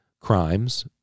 crimes